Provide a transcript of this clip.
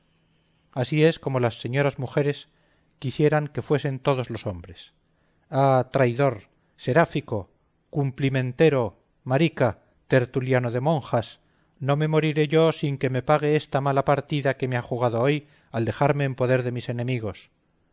así es como las señoras mujeres quisieran que fuesen todos los hombres ah traidor seráfico cumplimentero marica tertuliano de monjas no me moriré yo sin que me pague esta mala partida que me ha jugado hoy al dejarme en poder de mis enemigos